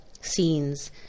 scenes